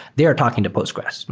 they are talking to postgres.